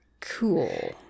Cool